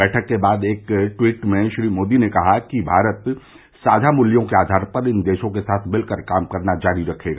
बैठक के बाद एक टवीट में श्री मोदी ने कहा कि भारत साझा मूल्यों के आधार पर इन देशों के साथ मिलकर काम करना जारी रखेगा